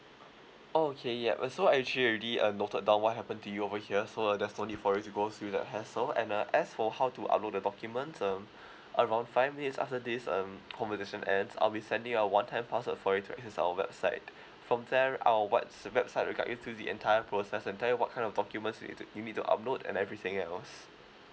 okay yup uh so I actually already uh noted down what happen to you over here so there's no need for you to go through the hassle and uh as for how to upload the documents um around five minutes after this um conversation end I'll be sending you a one time password for you to access our website from there our wha~ website will guide you through the entire process and tell you what kind of documents you need to you need to upload and everything else